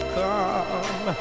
come